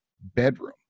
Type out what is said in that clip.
bedroom